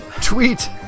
Tweet